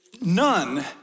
none